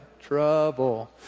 trouble